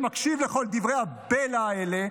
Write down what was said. שמקשיב לכל דברי הבלע האלה,